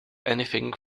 anything